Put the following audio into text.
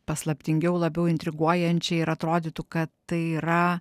paslaptingiau labiau intriguojančiai ir atrodytų kad tai yra